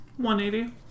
180